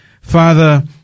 Father